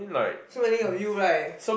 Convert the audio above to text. so many of you right